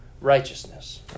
righteousness